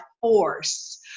force